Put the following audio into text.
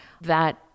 that-